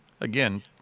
Again